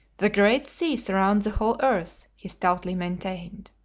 the great sea surrounds the whole earth, he stoutly maintained.